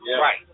right